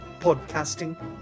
podcasting